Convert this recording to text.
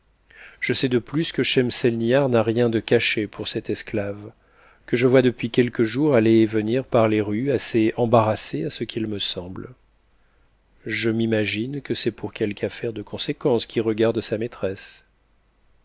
je sais de plus que schemselnihar n'a rien de caché pour cette esclave que je vois depuis quelques jours aller et venir par les rues assez embarrassée à ce qu'il me semble je m'imagine que c'est pour quelque affaire de conséquence qui regarde sa maîtresse